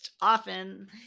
often